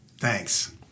Thanks